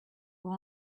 vous